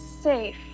safe